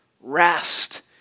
rest